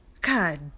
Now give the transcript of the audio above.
God